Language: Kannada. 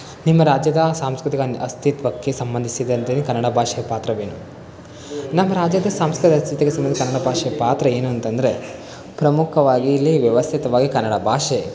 ನಿಮ್ಮ ರಾಜ್ಯದ ಸಾಂಸ್ಕೃತಿಕ ಅನ್ ಅಸ್ತಿತ್ವಕ್ಕೆ ಸಂಬಂಧಿಸಿದಂತೆ ಕನ್ನಡ ಭಾಷೆ ಪಾತ್ರವೇನು ನಮ್ಮ ರಾಜ್ಯದ ಸಾಂಸ್ಕೃತಿ ಅಸ್ತಿತ್ವಕ್ಕೆ ಸಂಬಂಧಿ ಕನ್ನಡ ಭಾಷೆ ಪಾತ್ರ ಏನು ಅಂತಂದರೆ ಪ್ರಮುಖವಾಗಿ ಇಲ್ಲಿ ವ್ಯವಸ್ಥಿತವಾಗಿ ಕನ್ನಡ ಭಾಷೆ